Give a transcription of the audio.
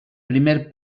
primer